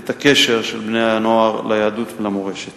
את הקשר של בני-הנוער ליהדות ולמורשת.